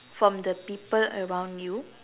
from the people around you